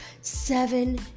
seven